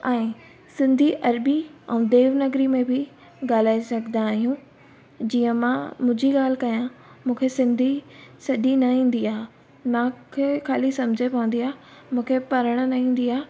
ऐं सिंधी अरबी ऐं देवनगरी में बि ॻाल्हाए सघंदा आहियूं जीअं मां मुंहिंजी ॻाल्हि कयां मूंखे सिंधी सॼी न ईंदी आहे मूंखे खाली सम्झि पवंदी आहे मूंखे पढ़ण न ईंदी आहे